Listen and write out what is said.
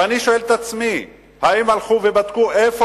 ואני שואל את עצמי: האם הלכו ובדקו איפה